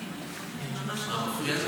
שלנו.